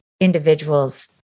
individuals